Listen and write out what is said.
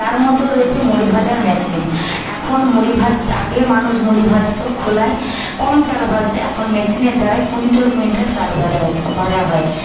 তার মধ্যেও রয়েছে মুড়ি ভাজার মেশিন এখন মুড়ি আগে মানুষ মুড়ি ভাজতো খোলায় কম চাল ভাজতো এখন মেশিনের দ্বারায় কুইন্টাল কুইন্টাল চাল ভাজা হত ভাজা হয়